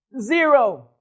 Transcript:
zero